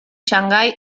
shanghái